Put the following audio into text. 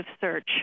search